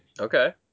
Okay